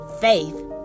Faith